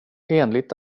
enligt